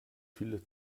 viele